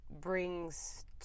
brings